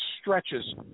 stretches